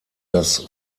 das